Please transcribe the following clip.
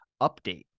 update